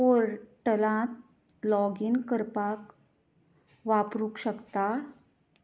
पोर्टलांत लॉगीन करपाक वापरूंक शकता